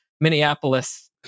Minneapolis